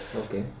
okay